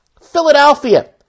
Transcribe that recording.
Philadelphia